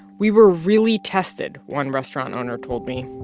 we were really tested, one restaurant owner told me,